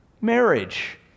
marriage